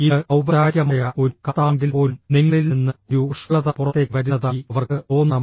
ഇത് ഔപചാരികമായ ഒരു കത്താണെങ്കിൽപ്പോലും നിങ്ങളിൽ നിന്ന് ഒരു ഊഷ്മളത പുറത്തേക്ക് വരുന്നതായി അവർക്ക് തോന്നണം